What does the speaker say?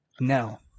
No